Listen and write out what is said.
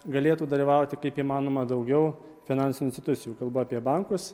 galėtų dalyvauti kaip įmanoma daugiau finansų institucijų kalbu apie bankus